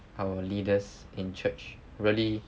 our leaders in church really